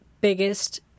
biggest